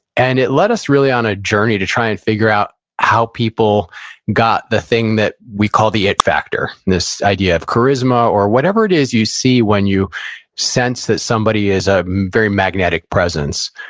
and it led us really on a journey to try and figure out how people got the thing that we call the it-factor. this idea of charisma, or whatever it is you see when you sense that somebody is a very magnetic presence.